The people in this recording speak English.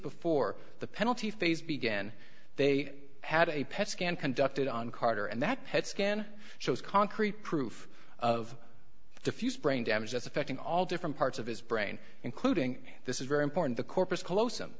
before the penalty phase began they had a pet scan conducted on carter and that pet scan shows concrete proof of the fused brain damage that's affecting all different parts of his brain including this is very important the corpus callosum the